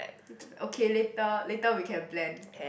okay later later we can plan